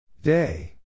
Day